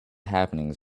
happenings